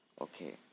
Okay